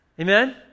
amen